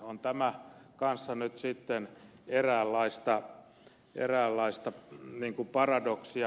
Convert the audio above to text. on tämä kanssa nyt sitten eräänlaista paradoksia